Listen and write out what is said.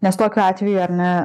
nes tokiu atveju ar ne